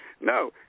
No